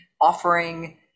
Offering